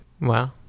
Wow